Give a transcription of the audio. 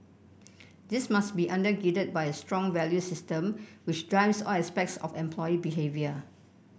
this must be under girded by a strong values system which drives all aspects of employee behaviour